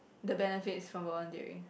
the benefits from volunteering